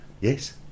Yes